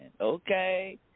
Okay